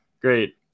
great